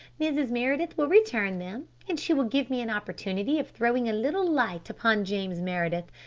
mrs. meredith will return them, and she will give me an opportunity of throwing a little light upon james meredith,